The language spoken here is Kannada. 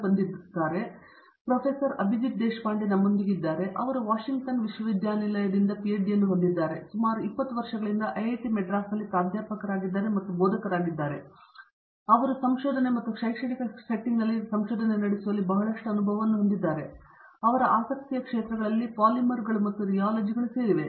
ನಮ್ಮೊಂದಿಗೆ ಪ್ರೊಫೆಸರ್ ಅಭಿಜಿತ್ ದೇಶಪಾಂಡೆ ಇದ್ದಾರೆ ಅವರು ವಾಷಿಂಗ್ಟನ್ ವಿಶ್ವವಿದ್ಯಾನಿಲಯದ ಪಿಎಚ್ಡಿ ಅನ್ನು ಹೊಂದಿದ್ದಾರೆ ಇವರು 20 ವರ್ಷಗಳಿಂದ ಐಐಟಿ ಮದ್ರಾಸ್ನಲ್ಲಿ ಪ್ರಾಧ್ಯಾಪಕರಾಗಿದ್ದಾರೆ ಮತ್ತು ಬೋಧಕರಾಗಿದ್ದಾರೆ ಆದ್ದರಿಂದ ಅವರು ಸಂಶೋಧನೆ ಮತ್ತು ಶೈಕ್ಷಣಿಕ ಸೆಟ್ಟಿಂಗ್ನಲ್ಲಿ ಸಂಶೋಧನೆ ನಡೆಸುವಲ್ಲಿ ಬಹಳಷ್ಟು ಅನುಭವವನ್ನು ಹೊಂದಿದ್ದಾರೆ ಅವರ ಆಸಕ್ತಿಯ ಕ್ಷೇತ್ರಗಳಲ್ಲಿ ಪಾಲಿಮರ್ಗಳು ಮತ್ತು ರಿಯೊಲಜಿಗಳು ಸೇರಿವೆ